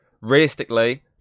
realistically